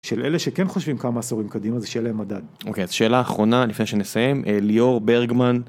של אלה שכן חושבים כמה עשורים קדימה זה שאלה למדי. אוקיי, אז שאלה אחרונה לפני שנסיים, ליאור ברגמן.